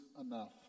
enough